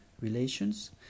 relations